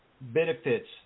benefits